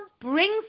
brings